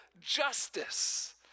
justice